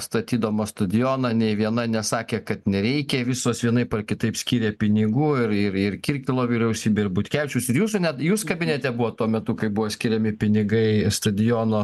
statydamos stadioną nei viena nesakė kad nereikia visos vienaip ar kitaip skyrė pinigų ir ir kirkilo vyriausybė ir butkevičiaus ir jūsų net jūs kabinete buvot tuo metu kai buvo skiriami pinigai stadiono